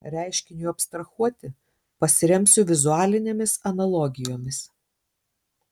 reiškiniui abstrahuoti pasiremsiu vizualinėmis analogijomis